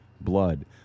blood